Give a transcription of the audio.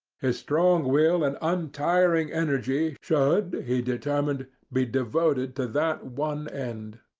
his strong will and untiring energy should, he determined, be devoted to that one end.